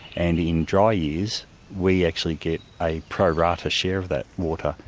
and in dry years we actually get a pro rata share of that water,